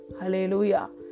Hallelujah